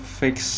fix